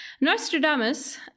Nostradamus